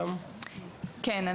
כן.